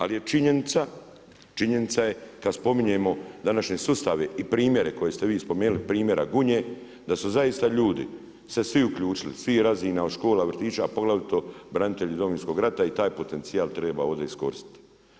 Ali je činjenica, činjenica je kad spominjemo današnje sustave i primjere koje ste vi spomenuli, primjera Gunje da su zaista ljudi se svi uključili, svih razina od škola, vrtića, a poglavito branitelji Domovinskog rata i taj potencijal treba ovdje iskoristiti.